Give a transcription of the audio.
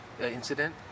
incident